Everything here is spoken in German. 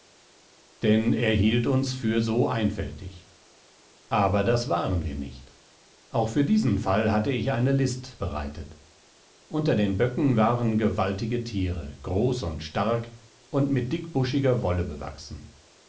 denn er hielt uns für so einfältig aber das waren wir nicht auch für diesen fall hatte ich eine list bereitet unter den böcken waren gewaltige tiere groß und stark und mit dickbuschiger wolle bewachsen